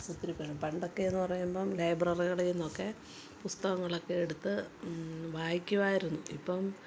ഒത്തിരിപേരുണ്ട് പണ്ടൊക്കെന്ന് പറയുമ്പം ലൈബ്രറികളിൽ നിന്നൊക്കെ പുസ്തകങ്ങളൊക്കെ എടുത്ത് വായിക്കുവായിരുന്നു ഇപ്പം